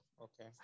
Okay